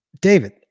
David